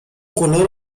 color